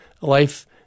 life